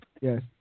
Yes